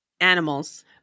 animals